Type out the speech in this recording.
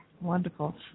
wonderful